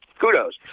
Kudos